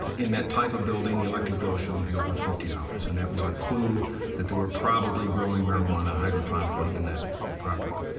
in that type of building, the electric bill shouldn't be over fifty dollars. and that was our clue that they were probably growing marijuana hydroponically in that property.